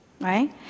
right